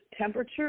temperature